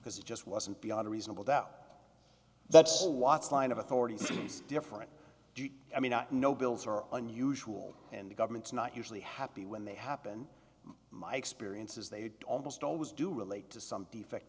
because it just wasn't beyond reasonable doubt that's the watts line of authority she's different i mean i know bills are unusual and the government's not usually happy when they happen my experience is they almost always do relate to some defect